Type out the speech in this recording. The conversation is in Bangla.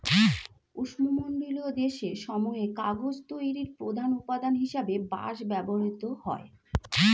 উষ্ণমণ্ডলীয় দেশ সমূহে কাগজ তৈরির প্রধান উপাদান হিসেবে বাঁশ ব্যবহৃত হয়